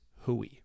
hui